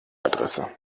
adresse